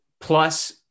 plus